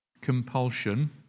compulsion